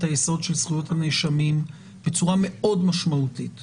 היסוד של זכויות הנאשמים בצורה משמעותית מאוד.